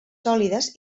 sòlides